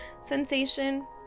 sensation